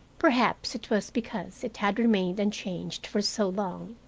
perhaps it was because it had remained unchanged for so long.